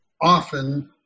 often